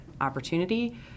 opportunity